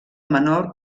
menor